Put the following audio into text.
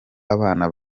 abana